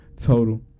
total